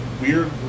weird